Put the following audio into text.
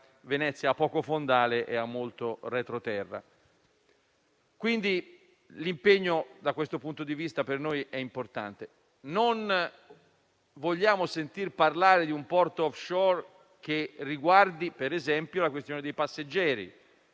Venezia ha poco fondale e molto retroterra. L'impegno, da questo punto di vista, per noi è importante. Non vogliamo sentir parlare di un porto *offshore* che riguardi, per esempio, i passeggeri,